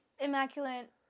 immaculate